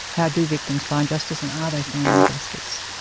how do victims find justice and are they finding justice?